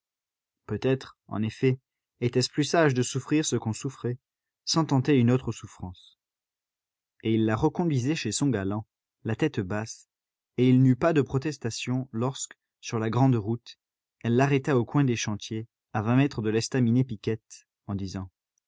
peut-être en effet était-ce plus sage de souffrir ce qu'on souffrait sans tenter une autre souffrance et il la reconduisait chez son galant la tête basse et il n'eut pas de protestation lorsque sur la grande route elle l'arrêta au coin des chantiers à vingt mètres de l'estaminet piquette en disant